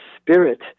spirit